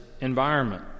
environment